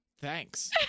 Thanks